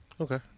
Okay